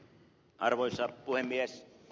arvoisa puhemies